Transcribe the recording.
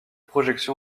projection